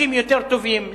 הכבישים יותר טובים?